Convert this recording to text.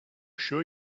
sure